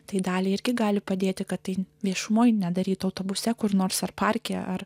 tai dalį irgi gali padėti kad tai viešumoje nedaryti autobuse kur nors ar parke ar